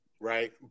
Right